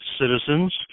citizens